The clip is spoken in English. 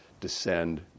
descend